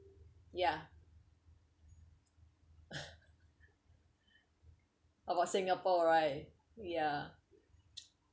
ya about singapore right ya